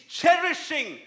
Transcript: cherishing